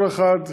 כל אחד,